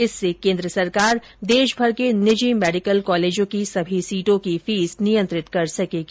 इससे केन्द्र सरकार देशमर के निजी मेडिकल कॉलेजों की सभी सीटों की फीस नियंत्रित कर सकेगी